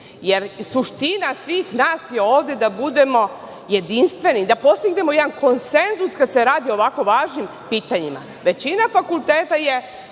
jer suština svih nas ovde je da budemo jedinstveni, da postignemo jedan konsenzus kada se radi o ovako važnim pitanjima. Većina fakulteta je